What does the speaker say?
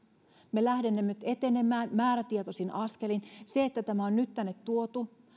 me lähdemme nyt etenemään määrätietoisin askelin se että tämä on nyt tänne tuotu